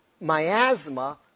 miasma